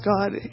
God